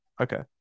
Okay